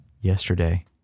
Yesterday